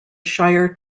shire